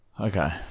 Okay